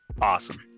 awesome